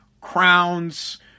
crowns